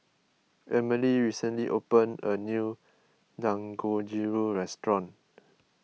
Emily recently opened a new Dangojiru restaurant